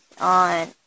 on